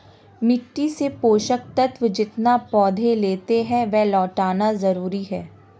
मिट्टी से पोषक तत्व जितना पौधे लेते है, वह लौटाना जरूरी है